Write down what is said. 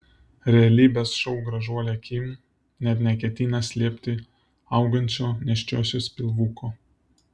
realybės šou gražuolė kim net neketina slėpti augančio nėščiosios pilvuko